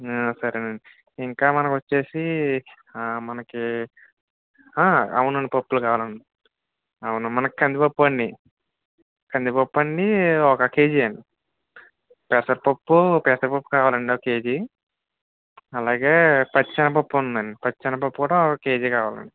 సరే అండి ఇంకా మనకు వచ్చి మనకు అవునండి పప్పులు కావాలండి అవును మనకు కందిపప్పు అండి కందిపప్పు అండి ఒక కేజీ అండి పెసరపప్పు పెసరపప్పు కావాలండి ఒక కేజీ అలాగే పచ్చి శనగపప్పు ఉందండి పచ్చి శనగపప్పు కూడా ఒక కేజీ కావాలండి